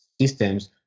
systems